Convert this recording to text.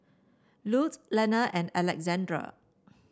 Lute Lenna and Alessandra